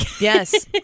yes